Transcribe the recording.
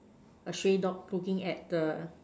a stray dog looking at the